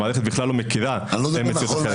המערכת בכלל לא מכירה מציאות אחרת.